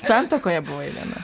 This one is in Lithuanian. santuokoje buvai viena